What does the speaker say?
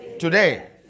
Today